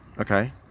Okay